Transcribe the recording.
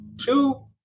two